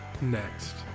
next